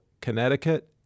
Connecticut